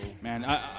Man